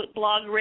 blog